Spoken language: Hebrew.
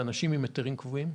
אלה אנשים עם היתרים קבועים?